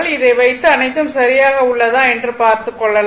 இதை வைத்து அனைத்தும் சரியாக உள்ளதா என்று பார்த்து கொள்ளலாம்